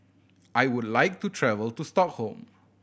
I would like to travel to Stockholm